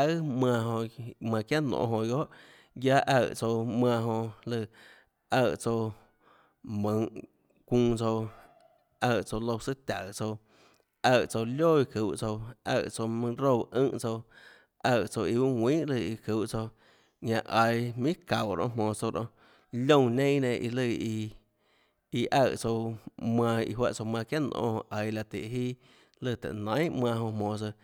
jonã manã çiánà nonê jonã guiohà guiaâ aøè tsouã manã jonã lùã aøè tsouã mønhå çuunã tsouã aøè tsouã louã tsùâ taùå tsouã aøè tsouã lioà iã çuhå tsouã aøè tsouã mønã roúã ùnhã tsouã aøè tsouã íã uâ ðnuinhàlùã iã çuhå tsouã ñanã aiå minhà çaúå nonê jmonå tsouã nonê liónã neinâ ã nenã lùã iå iã aøè tsouã manã iã juáhã tsouã manã çiánà nonê jonã aiå laã tùhå iâ lùã laã tùhå nainhà anã jonã jmonå tsøã